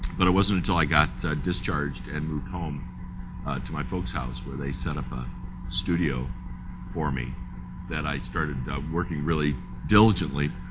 but i wasn't until i got discharged and moved home to my folk's house where they set up a studio for me that i started working really diligently.